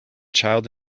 child